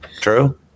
True